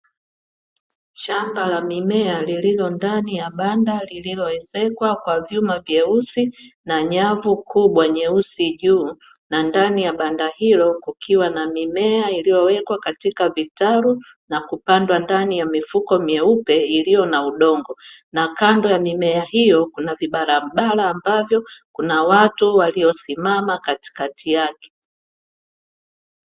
Shamba la mimea lililo ndani ya banda lililoezekwa kwa vyuma vyeusi na nyavu kubwa nyeusi juu na ndani ya banda hilo kukiwa na mimea iliyowekwa katika vitalu na kupandwa ndani ya mifuko myeupe iliyo na udongo na kando ya mimea hiyo kuna vibarabara ambavyo kuna watu waliosimama katikati yake.